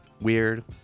weird